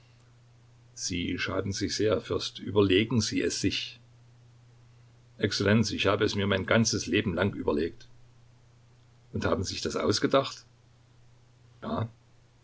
sie schaden sich sehr fürst überlegen sie es sich exzellenz ich habe es mir mein ganzes leben lang überlegt und haben sich das ausgedacht